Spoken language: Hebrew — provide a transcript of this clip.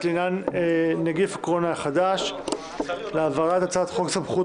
לעניין נגיף הקורונה החדש להעברת הצעת חוק סמכויות